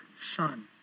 son